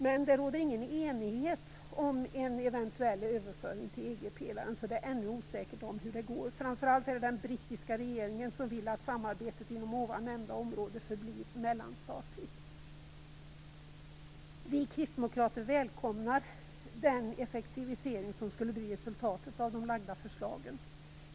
Det råder dock ingen enighet om en eventuell överföring till EG-pelaren. Det är ännu osäkert hur det går. Framför allt är det den brittiska regeringen som vill att samarbetet inom ovan nämnda område förblir mellanstatligt. Vi kristdemokrater välkomnar den effektivisering som skulle bli resultatet av de framlagda förslagen.